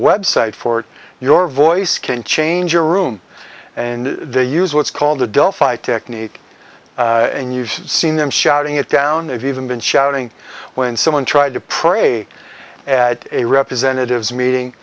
website for your voice can change your room and they use what's called a delphi technique and you've seen them shouting it down if you even been shouting when someone tried to pray at a representative's meeting